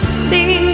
see